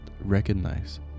recognize